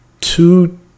two